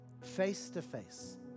face-to-face